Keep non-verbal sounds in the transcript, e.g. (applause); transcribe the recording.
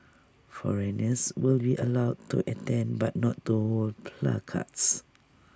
foreigners will be allowed to attend but not to (unintelligible) cards